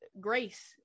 grace